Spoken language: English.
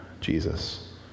Jesus